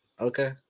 Okay